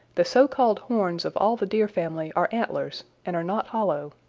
the so-called horns of all the deer family are antlers and are not hollow.